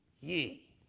ye